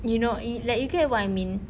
you know yo~ like you get what I mean